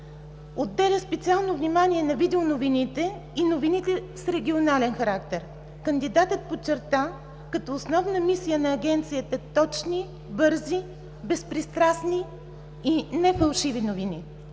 отделя специално внимание на видеоновините и новините с регионален характер. Кандидатът подчерта като основна мисия на Агенцията точни, бързи, безпристрастни и не-фалшиви новини.